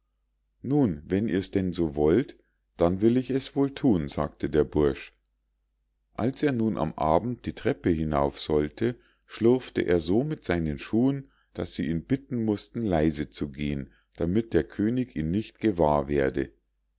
nun wenn ihr's denn so wollt dann will ich es wohl thun sagte der bursch als er nun am abend die treppe hinauf sollte schlarfte er so mit seinen schuhen daß sie ihn bitten mußten leise zu gehen damit der könig ihn nicht gewahr werde